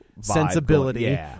sensibility